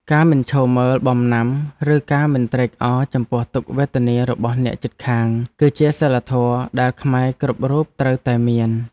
ការមិនឈរមើលបំណាំឬការមិនត្រេកអរចំពោះទុក្ខវេទនារបស់អ្នកជិតខាង គឺជាសីលធម៌ដែលខ្មែរគ្រប់រូបត្រូវតែមាន។